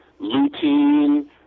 lutein